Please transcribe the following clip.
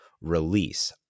release